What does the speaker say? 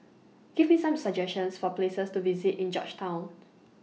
Give Me Some suggestions For Places to visit in Georgetown